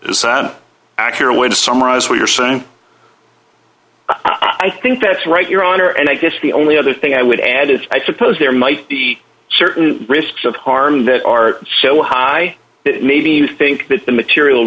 an accurate way to summarize what you're saying i think that's right your honor and i guess the only other thing i would add is i suppose there might be certain risks of harm that are so high that maybe think that the material